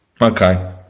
Okay